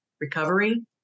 recovery